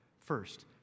First